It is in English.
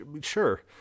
sure